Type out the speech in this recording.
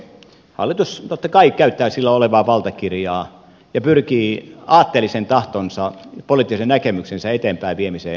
hallitus totta kai käyttää sillä olevaa valtakirjaa ja pyrkii aatteellisen tahtonsa poliittisen näkemyksensä eteenpäinviemiseen